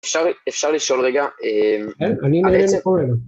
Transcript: אפשר לשאול רגע... אמ...